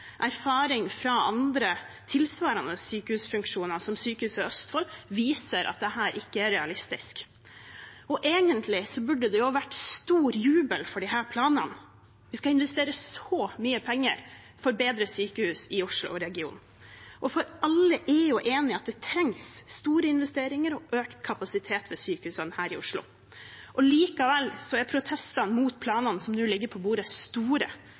Erfaring fra andre, tilsvarende sykehusfunksjoner, som Sykehuset Østfold, viser at dette ikke er realistisk. Egentlig burde det vært stor jubel for planene. Vi skal investere så mye penger for bedre sykehus i Oslo-regionen, for alle er jo enig i at det trengs store investeringer og økt kapasitet ved sykehusene her i Oslo. Likevel er protestene mot planene som nå ligger på bordet, store,